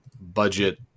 budget